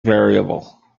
variable